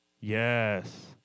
Yes